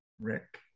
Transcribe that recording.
Rick